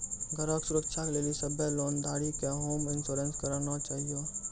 घरो के सुरक्षा के लेली सभ्भे लोन धारी के होम इंश्योरेंस कराना छाहियो